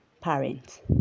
parents